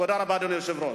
תודה רבה, אדוני היושב-ראש.